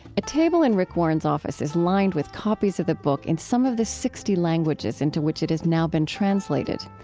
a table in rick warren's office is lined with copies of the book in some of the sixty languages into which it has now been translated.